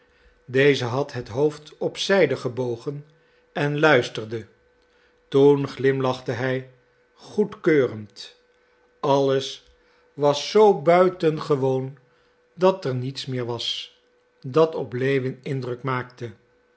deze had het hoofd op zijde gebogen en luisterde toen glimlachte hij goedkeurend alles was zoo buitengewoon dat er niets meer was dat op lewin indruk maakte